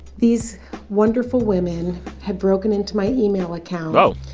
these wonderful women had broken into my email account. whoa.